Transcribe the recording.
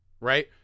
right